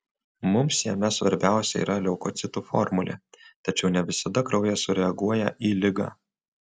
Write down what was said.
mums jame svarbiausia yra leukocitų formulė tačiau ne visada kraujas sureaguoja į ligą